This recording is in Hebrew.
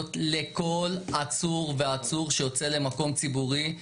לכל עצור ועצור שיוצא למקום ציבורי,